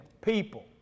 people